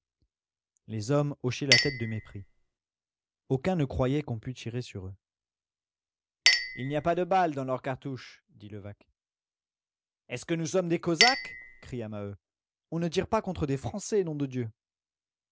les hommes hochaient la tête de mépris aucun ne croyait qu'on pût tirer sur eux il n'y a pas de balles dans leurs cartouches dit levaque est-ce que nous sommes des cosaques cria maheu on ne tire pas contre des français nom de dieu